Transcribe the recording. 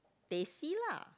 Teh C lah